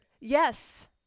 Yes